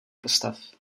postav